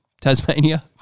Tasmania